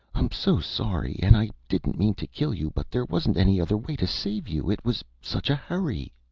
i'm so sorry and i didn't mean to kill you, but there wasn't any other way to save you, it was such a hurry.